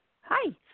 Hi